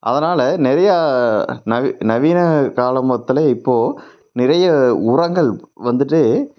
அதனால் நிறையா நவீன காலமொதலே இப்போது நிறைய உரங்கள் வந்துவிட்டு